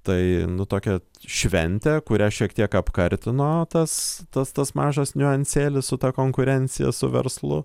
tai nu tokia šventė kurią šiek tiek apkartino tas tas tas mažas niuansėlis su ta konkurencija su verslu